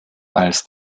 als